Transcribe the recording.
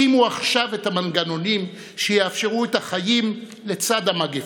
הקימו עכשיו את המנגנונים שיאפשרו את החגים לצד המגפה.